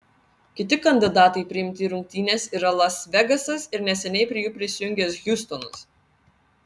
kiti kandidatai priimti į rungtynes yra las vegasas ir neseniai prie jų prisijungęs hjustonas